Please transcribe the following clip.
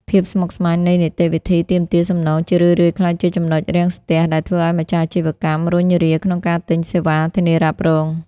ភាពស្មុគស្មាញនៃនីតិវិធីទាមទារសំណង ជារឿយៗក្លាយជាចំណុចរាំងស្ទះដែលធ្វើឱ្យម្ចាស់អាជីវកម្មរុញរាក្នុងការទិញសេវាធានារ៉ាប់រង។